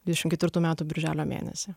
dvidešim ketvirtų metų birželio mėnesį